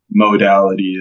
modalities